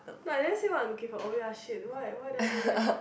not let's say what you looking for oh ya shit why why did I do that